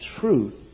truth